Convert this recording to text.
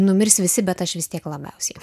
numirs visi bet aš vis tiek labiausiai